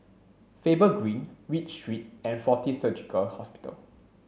Faber Green Read Street and Fortis Surgical Hospital